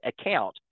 account